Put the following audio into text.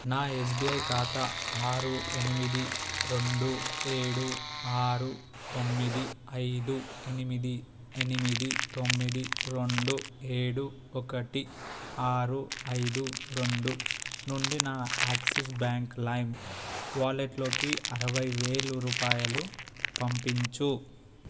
నా ఎస్బీఐ ఖాతా ఆరు ఎనిమిది రెండు ఏడు ఆరు తొమ్మిది ఐదు ఎనిమిది ఎనిమిది తొమ్మిది రెండు ఏడు ఒకటి ఆరు ఐదు రెండు నుండి నా యాక్సిస్ బ్యాంక్ లైమ్ వాలెట్లోకి అరవై వేల రూపాయలు పంపించు